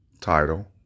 title